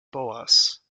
boas